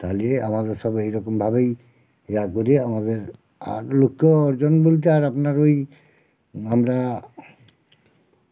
তাহলে আমাদের সব এ রকমভাবেই ইয়া করে আমাদের আর লক্ষ্য অর্জন বলতে আর আপনার ওই আমরা